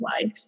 life